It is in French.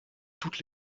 toutes